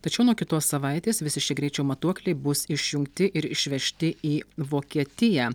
tačiau nuo kitos savaitės visi šie greičio matuokliai bus išjungti ir išvežti į vokietiją